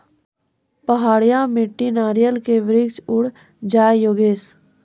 पहाड़िया मिट्टी नारियल के वृक्ष उड़ जाय योगेश?